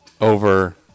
over –